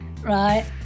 Right